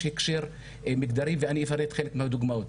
הקשר מגדרי ואני אפרט חלק מהדוגמאות.